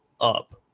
up